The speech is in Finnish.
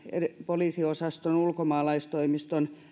poliisiosaston ulkomaalaistoimiston